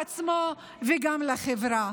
לעצמו וגם לחברה.